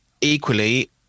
equally